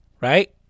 right